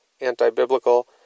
anti-biblical